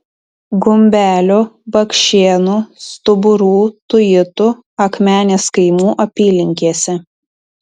gumbelių bakšėnų stuburų tuitų akmenės kaimų apylinkėse